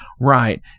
Right